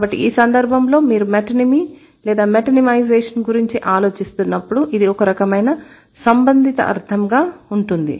కాబట్టి ఈ సందర్భంలో మీరు మెటోనిమి లేదా మెటోనిమైజేషన్ గురించి ఆలోచిస్తున్నప్పుడు ఇది ఒకరకమైన సంబంధిత అర్ధంగా ఉంటుంది